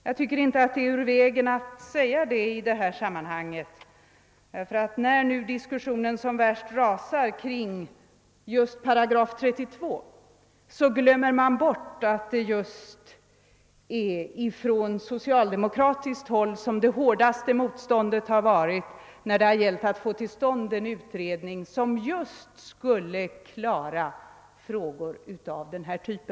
Jag tycker inte att det är ur vägen att jag säger detta i det här sammanhanget, därför att när diskussionen nu rasar som värst kring § 32, glömmer man bort att det hårdaste motståndet kommit från just socialdemokratiskt håll då det gällt att få till stånd en utredning beträffande frågor av precis denna typ.